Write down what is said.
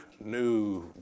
new